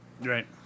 Right